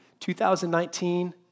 2019